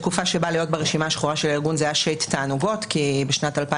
בתקופה שבה להיות ברשימה השחורה של הארגון היה שיט תענוגות כי בשנת 2000